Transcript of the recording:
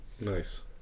Nice